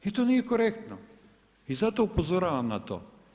I to nije korektno i zato upozoravam na to.